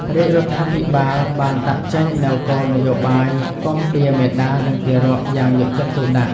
រាជរដ្ឋាភិបាលបានដាក់ចេញនូវគោលនយោបាយគាំពារមាតានិងទារកយ៉ាងយកចិត្តទុកដាក់។